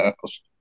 House